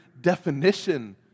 definition